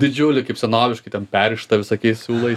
didžiulį kaip senoviškai ten perrištą visokiais siūlais